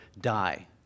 die